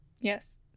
Yes